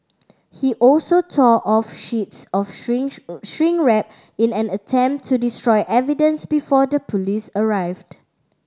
he also tore off sheets of shrink wrap in an attempt to destroy evidence before the police arrived